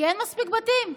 כי אין מספיק בתים,